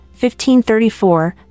1534